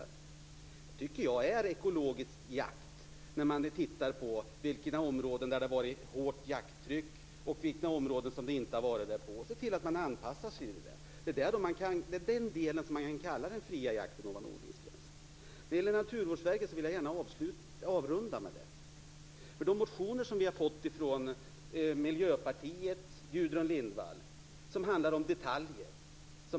Jag tycker att det är ekologisk jakt när man tittar på vilka områden som det har varit hårt jakttryck på och vilka områden som det inte har varit det på och när man ser till att man anpassar sig till det. Det är detta som man kan kalla den fria jakten ovan odlingsgränsen. Jag vill gärna avrunda med att tala om Naturvårdsverket. De motioner som vi har fått från Miljöpartiet och Gudrun Lindvall handlar om detaljer.